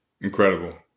Incredible